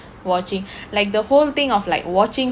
watching like the whole thing of like watching